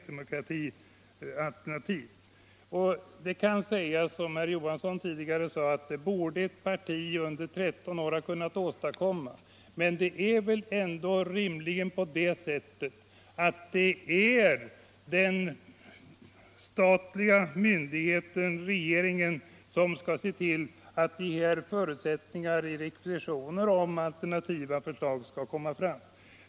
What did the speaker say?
Det kan visserligen sägas —- som herr Johansson i Trollhättan tidigare gjorde — att det borde ett parti ha kunnat åstadkomma under 13 år, men det är väl rimligen regeringen som skall se till att vi får förutsättningar för en sådan prövning och att alternativa förslag läggs fram.